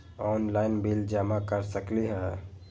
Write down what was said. Online bill जमा कर सकती ह?